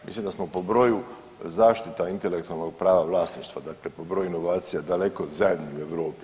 Mislim da smo po broju zaštita intelektualnog prava vlasništva, dakle po broju inovacija daleko zadnji u Europi.